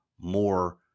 more